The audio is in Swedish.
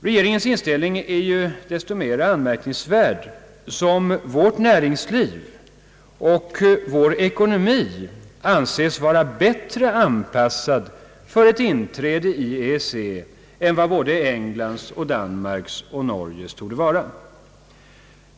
Regeringens inställning är ju desto mera anmärkningsvärd som vårt näringsliv och vår ekonomi anses vara bättre anpassade för ett inträde i EEC än vad Englands, Danmarks och Norges torde vara.